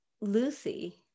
Lucy